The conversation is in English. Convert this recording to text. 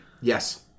Yes